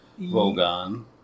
Vogon